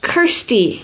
，Kirsty